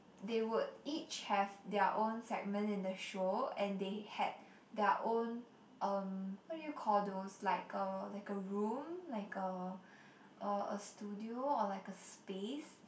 they would each have their own segment in the show and they had their own um what do you call those like a like a room like a a a studio or like a space